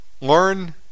Learn